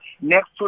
next